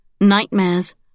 nightmares